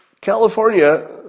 California